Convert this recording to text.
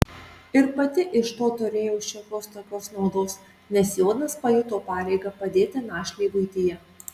ir pati iš to turėjo šiokios tokios naudos nes jonas pajuto pareigą padėti našlei buityje